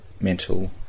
mental